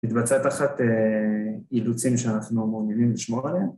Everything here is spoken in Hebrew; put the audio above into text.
התבצע תחת אילוצים ‫שאנחנו מעוניינים לשמור עליהם.